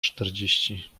czterdzieści